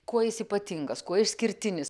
kuo jis ypatingas kuo isšskirtinis